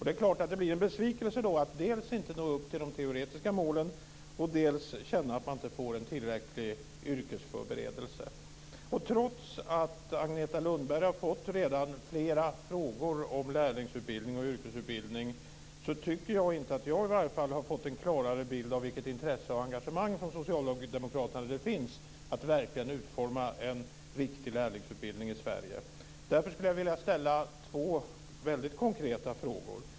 Det är klart att det innebär en besvikelse att dels inte nå upp till de teoretiska målen, dels känna att man inte får en tillräcklig yrkesförberedelse. Trots att Agneta Lundberg redan har fått flera frågor om lärlingsutbildning och yrkesutbildning, har i varje fall inte jag fått en klarare bild av hur stort intresse och engagemang det finns hos socialdemokraterna för att utforma en riktig lärlingsutbildning i Därför skulle jag vilja ställa två väldigt konkreta frågor.